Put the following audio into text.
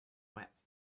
wet